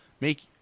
make